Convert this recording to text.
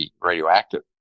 radioactive